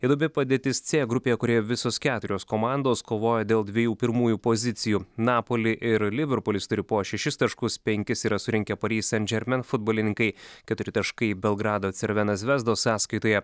įdomi padėtis c grupėje kurioje visos keturios komandos kovoja dėl dviejų pirmųjų pozicijų napoli ir liverpulis turi po šešis taškus penkis yra surinkę pari san žermen futbolininkai keturi taškai belgrado cervenazvezdos sąskaitoje